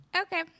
Okay